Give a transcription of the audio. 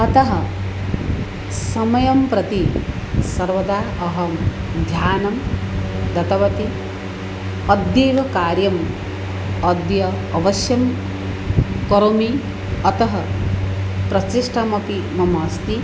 अतः समयं प्रति सर्वदा अहं ध्यानं दत्तवती अद्यैव कार्यम् अद्य अवश्यं करोमि अतः प्रसिष्टमपि मम अस्ति